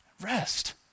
Rest